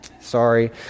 Sorry